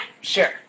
sure